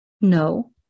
No